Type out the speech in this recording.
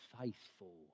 faithful